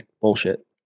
Bullshit